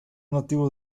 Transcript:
nativos